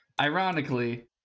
Ironically